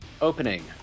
Opening